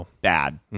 bad